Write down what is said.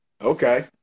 Okay